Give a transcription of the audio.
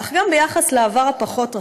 אך גם ביחס לעבר הפחות-רחוק,